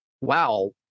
wow